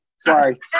sorry